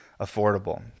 affordable